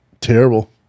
Terrible